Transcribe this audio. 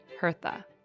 Hertha